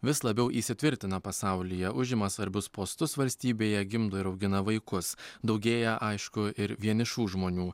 vis labiau įsitvirtina pasaulyje užima svarbius postus valstybėje gimdo ir augina vaikus daugėja aišku ir vienišų žmonių